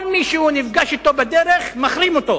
כל מי שהוא נפגש אתו בדרך, מחרים אותו.